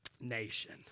nation